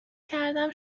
کردم